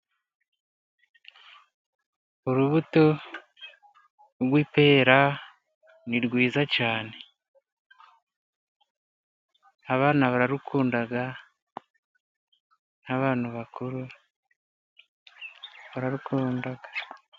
Urubuto rw'ipera ni rwiza cyane. Abana bararukunda, n'abantu bakuru bararukunda.